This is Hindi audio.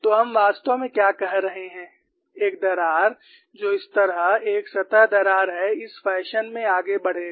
तो हम वास्तव में क्या कह रहे हैं एक दरार जो इस तरह एक सतह दरार है इस फैशन में आगे बढ़ेगा